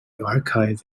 archive